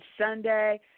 Sunday